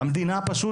המדינה פשוט,